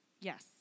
Yes